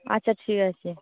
আচ্ছা ঠিক আছে